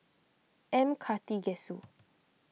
M Karthigesu